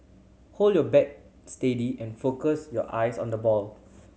hold your bat steady and focus your eyes on the ball